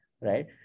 right